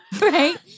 right